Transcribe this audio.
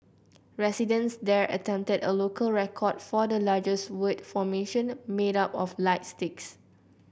residents there attempted a local record for the largest word formation made up of light sticks